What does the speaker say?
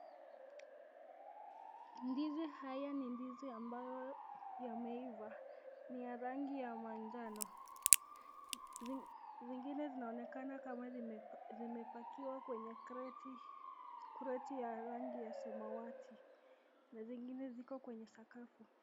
Ndizi hizi ni ndizi ambazo zimeiva. Ni ya rangi ya manjano. Zing zingine zinaonekana kama zimepa zimepakiwa kwenye kreti ya rangi ya samawati na zingine ziko kwenye sakafu.